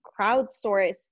crowdsourced